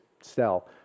sell